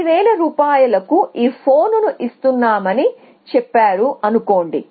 10000 రూపాయలకు ఈ ఫోన్ను ఇస్తున్నానని చెప్పారు అనుకోండి